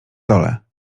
dole